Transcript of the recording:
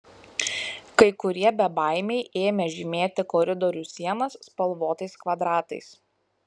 kai kurie bebaimiai ėmė žymėti koridorių sienas spalvotais kvadratais